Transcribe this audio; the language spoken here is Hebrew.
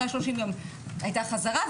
אחרי 30 יום הייתה חזרה,